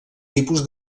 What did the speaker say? tipus